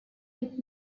with